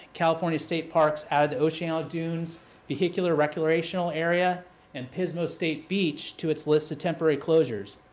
california state parks added the oceano dunes vehicular recreational area and pismo state beach to its list of temporary closures.